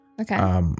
Okay